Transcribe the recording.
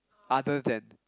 other than